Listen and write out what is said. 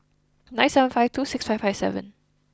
nine seven five two six five five seven